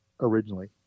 originally